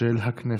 של הכנסת.